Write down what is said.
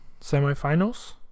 semifinals